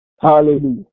Hallelujah